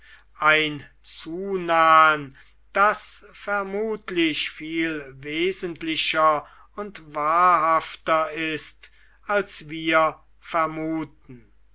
ein zunahen das vermutlich viel wesentlicher und wahrhafter ist als wir vermuten